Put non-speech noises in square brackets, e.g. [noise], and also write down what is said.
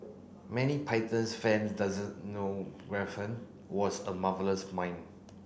many Python fans doesn't know [unintelligible] was a marvellous mine